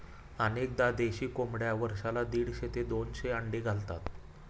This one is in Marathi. अनेकदा देशी कोंबड्या वर्षाला दीडशे ते दोनशे अंडी घालतात